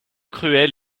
cruel